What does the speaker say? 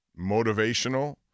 motivational